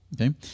okay